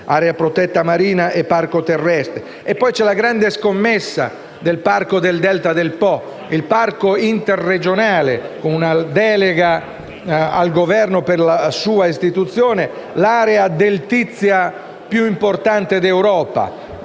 area protetta marina e parco terrestre. C’è poi la grande scommessa dal Parco del delta del Po, parco interregionale, con una delega al Governo per la sua istituzione. L’area deltizia più importante d’Europa